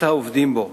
והעסקת העובדים בו.